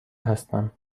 هستم